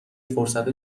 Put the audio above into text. فرصت